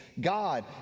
God